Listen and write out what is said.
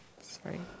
sorry